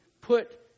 put